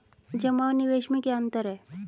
जमा और निवेश में क्या अंतर है?